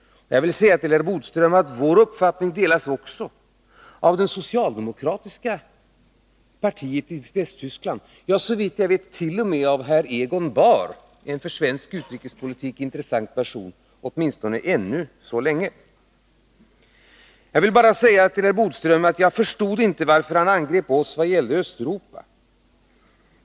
Jag vill säga till herr Bodström att vår uppfattning delas också av det socialdemokratiska partiet i Västtyskaland — ja, såvitt jag vet, åtminstone ännu så länge t.o.m. av herr Egon Bahr, en för svensk utrikespolitik intressant person. Jag förstår inte varför herr Bodström angriper oss moderater i fråga om Östeuropa.